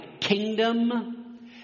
kingdom